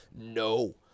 no